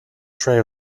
tray